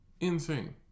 Insane